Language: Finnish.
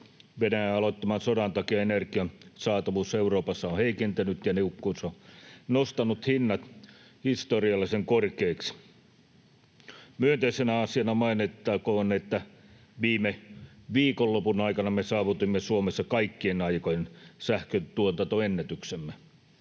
Venäjän aloittaman sodan takia energian saatavuus Euroopassa on heikentynyt, ja niukkuus on nostanut hinnat historiallisen korkeiksi. Myönteisenä asiana mainittakoon, että viime viikonlopun aikana me saavutimme Suomessa kaikkien aikojen sähköntuotantoennätyksemme.